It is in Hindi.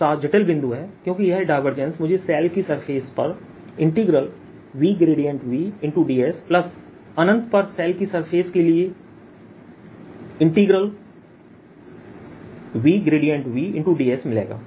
सा जटिल बिंदु है क्योंकि यह डायवर्जेंस मुझे शेल की सरफेस पर VVdS प्लस अनंत पर शेल की सरफेस के लिए VVdS मिलेगा